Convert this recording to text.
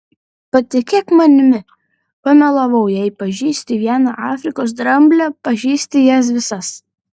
patikėk manimi pamelavau jei pažįsti vieną afrikos dramblę pažįsti jas visas